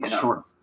Sure